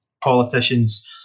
politicians